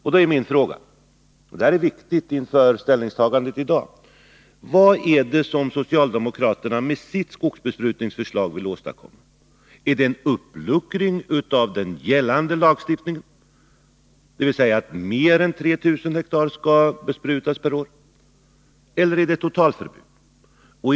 Nu är min fråga — och detta är viktigt inför ställningstagandet i dag: Vad är det som socialdemokraterna med sitt skogsbesprutningsförslag vill åstadkomma? Är det uppluckring av den gällande lagstiftningen, dvs. att mer än 3000 hektar skall besprutas per år, eller är det totalförbud?